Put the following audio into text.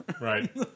right